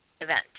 event